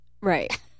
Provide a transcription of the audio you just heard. Right